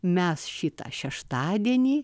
mes šitą šeštadienį